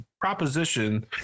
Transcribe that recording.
proposition